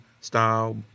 style